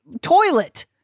toilet